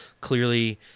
clearly